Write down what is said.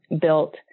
built